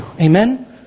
Amen